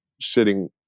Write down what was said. sitting